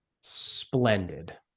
Splendid